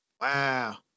Wow